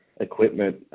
equipment